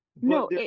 No